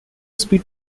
speed